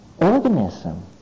organism